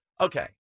Okay